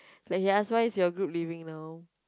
then he ask why is your group leaving now